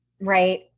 right